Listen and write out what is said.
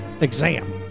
exam